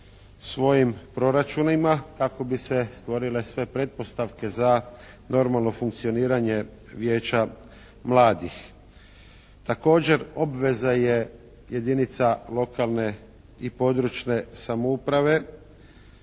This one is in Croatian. svojim proračunima kako bi se stvorile sve pretpostavke za normalno funkcioniranje Vijeća mladih. Također obveza je jedinica lokalne i područne samouprave